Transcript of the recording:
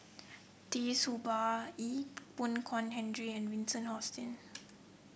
Tee Tua Ba Ee Boon Kong Henry and Vincent Hoisington